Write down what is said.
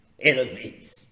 enemies